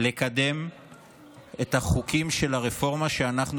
לקדם את החוקים של הרפורמה שאנחנו